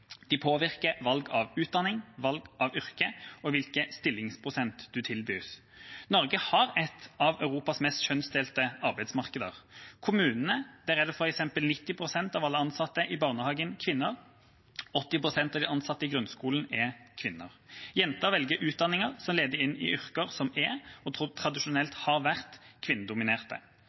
De påvirker valg av utdanning, valg av yrke og hvilken stillingsprosent en tilbys. Norge har et av Europas mest kjønnsdelte arbeidsmarkeder. I kommunene er f.eks. 90 pst. av alle ansatte i barnehagen kvinner, 80 pst. av de ansatte i grunnskolen er kvinner. Jenter velger utdanninger som leder inn i yrker som er og tradisjonelt har vært kvinnedominerte.